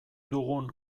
dugun